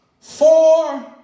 four